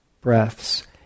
breaths